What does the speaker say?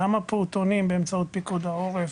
גם הפעוטונים באמצעות פיקוד העורף,